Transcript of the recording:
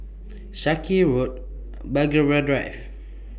Sarkies Road Belgravia Drive